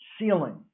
ceiling